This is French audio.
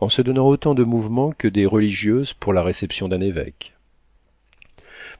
en se donnant autant de mouvement que des religieuses pour la réception d'un évêque